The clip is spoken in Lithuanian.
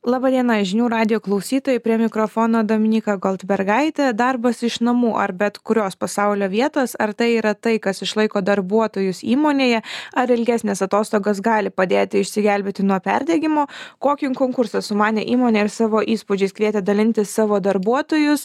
laba diena žinių radijo klausytojai prie mikrofono dominyka goldbergaitė darbas iš namų ar bet kurios pasaulio vietos ar tai yra tai kas išlaiko darbuotojus įmonėje ar ilgesnės atostogas gali padėti išsigelbėti nuo perdegimo kokį konkursą sumanė įmonė ir savo įspūdžiais kvietė dalintis savo darbuotojus